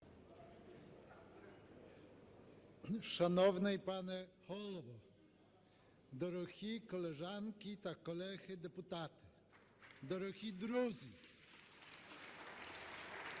Шановний пане Голово, дорогі колежанки та колеги депутати, дорогі друзі!